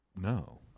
No